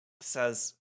says